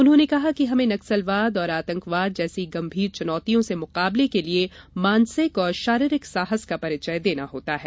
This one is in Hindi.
उन्होंने कहा कि हमें नक्सलवाद और आतंकवाद जैसी गंभीर चुनौतियों से मुकाबले के लिये मानसिक और शारीरिक साहस का परिचय देना होता है